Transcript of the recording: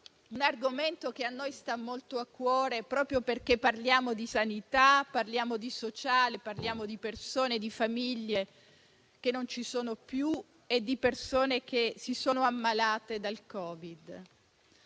un argomento che a noi sta molto a cuore, proprio perché parliamo di sanità, di sociale, di persone e di famiglie che non ci sono più e di persone che si sono ammalate di Covid.